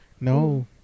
no